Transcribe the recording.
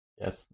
Yes